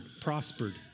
prospered